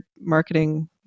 marketing